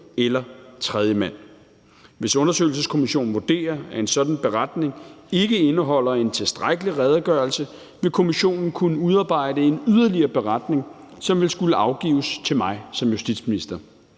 eller tredjemand. Hvis undersøgelseskommissionen vurderer, at en sådan beretning ikke indeholder en tilstrækkelig redegørelse, vil kommissionen kunne udarbejde en yderligere beretning, som vil skulle afgives til mig som justitsminister.